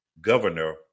governor